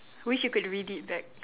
wish you could read it back